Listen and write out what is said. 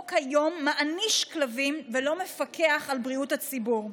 היום החוק מעניש כלבים ולא מפקח על בריאות הציבור.